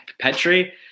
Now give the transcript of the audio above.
Petri